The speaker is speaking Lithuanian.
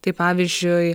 tai pavyzdžiui